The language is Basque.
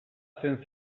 hasten